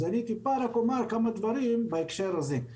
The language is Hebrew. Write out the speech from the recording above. אני אומר כמה דברים בהקשר הזה.